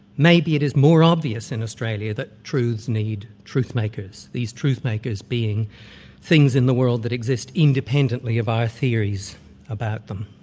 maybe it is more obvious in australia that truths need truth-makers, these truth-makers being things in the world that exist independently of our theories about them.